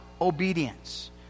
obedience